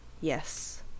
Yes